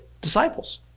disciples